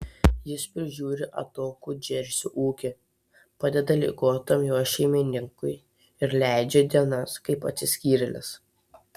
jis prižiūri atokų džersio ūkį padeda ligotam jo šeimininkui ir leidžia dienas kaip atsiskyrėlis